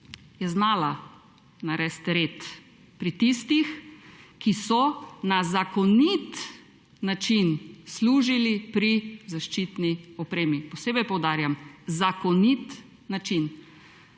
je znala narediti red pri tistih, ki so na zakonit način služili pri zaščitni opremi. Posebej poudarjam, zakonit način.